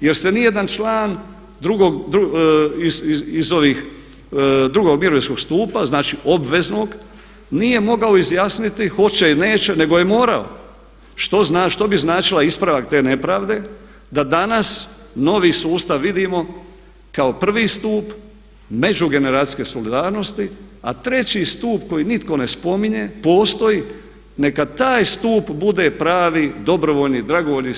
Jer se ni jedan član iz ovih drugog mirovinskog stupa znači, obveznog nije mogao izjasniti hoće ili neće nego je morao, što bi značila ispravak te nepravde da danas novi sustav vidimo kao prvi stup međugeneracijske solidarnosti a treći stup koji nitko ne spominje, postoji, neka taj stup bude pravi, dobrovoljni, dragovoljni